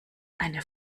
eine